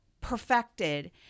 perfected